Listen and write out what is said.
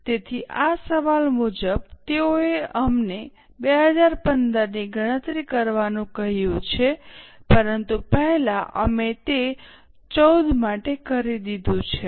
તેથી આ સવાલ મુજબ તેઓએ અમને 2015 ની ગણતરી કરવાનું કહ્યું છે પરંતુ પહેલા અમે તે 14 માટે કરી દીધું છે